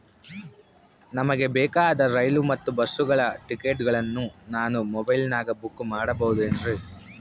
ನಮಗೆ ಬೇಕಾದ ರೈಲು ಮತ್ತ ಬಸ್ಸುಗಳ ಟಿಕೆಟುಗಳನ್ನ ನಾನು ಮೊಬೈಲಿನಾಗ ಬುಕ್ ಮಾಡಬಹುದೇನ್ರಿ?